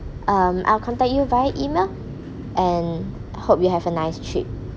um I'll contact you via email and hope you have a nice trip